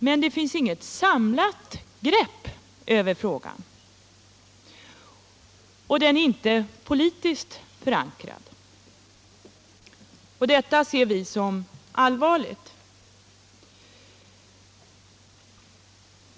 Men det finns inget samlat grepp över frågan och den är inte politiskt förankrad. Detta ser vi allvarligt på.